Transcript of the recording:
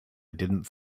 didn’t